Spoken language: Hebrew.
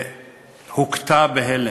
והוכתה בהלם.